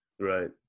right